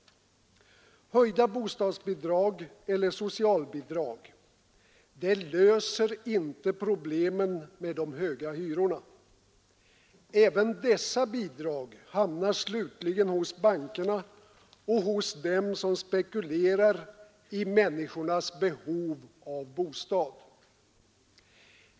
Höjda bostadsbidrag eller socialbidrag löser inte problemen med de höga hyrorna. Även dessa bidrag hamnar slutligen hos bankerna och hos dem som spekulerar i människornas behov av bostad.